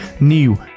new